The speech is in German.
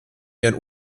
ihren